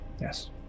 Yes